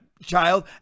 child